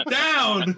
down